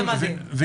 זה מדהים,